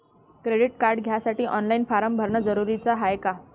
Credit card घ्यासाठी online form भरन जरुरीच हाय का?